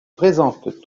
présente